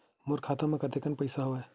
मोर खाता म कतेकन पईसा हवय?